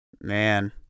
Man